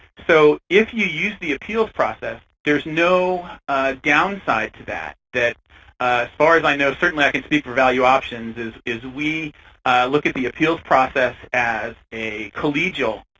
so if you use the appeals process, there's no downside to that. as far as i know, certainly i can speak for valueoptions, is is we look at the appeals process as a collegial